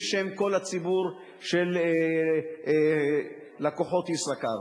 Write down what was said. בשם כל הציבור של לקוחות "ישראכרט".